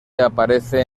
aparece